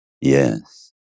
Yes